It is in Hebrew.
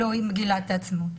מגילת העצמאות.